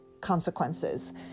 consequences